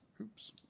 Oops